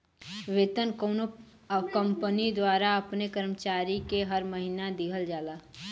वेतन कउनो कंपनी द्वारा अपने कर्मचारी के हर महीना दिहल जाला